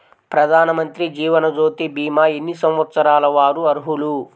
ప్రధానమంత్రి జీవనజ్యోతి భీమా ఎన్ని సంవత్సరాల వారు అర్హులు?